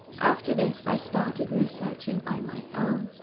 after this, i started researching on my own,